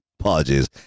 apologies